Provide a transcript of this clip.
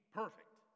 perfect